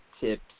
tips